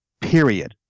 period